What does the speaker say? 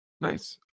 Nice